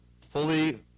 fully